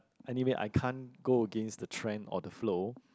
anyway I can't go against the trend or the flow